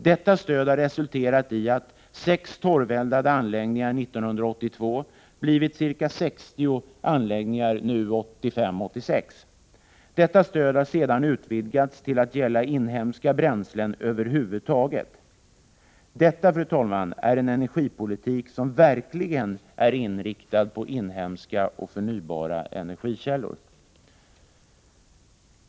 Detta stöd har resulterat i en utveckling från sex torveldade anläggningar år 1982 till ca 60 anläggningar 1985/86. Stödet har sedan utvidgats till att gälla inhemska bränslen över huvud taget. Detta, fru talman, är en energipolitik som verkligen är inriktad på inhemska och förnybara energikällor.